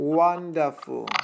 wonderful